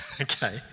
okay